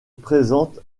présente